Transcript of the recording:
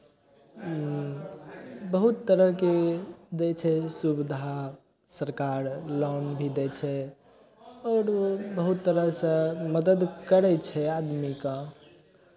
बहुत तरहके दै छै सुविधा सरकार लोन भी दै छै आओर बहुत तरहसँ मदद करै छै आदमीके